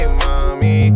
mommy